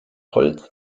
holz